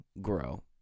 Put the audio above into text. grow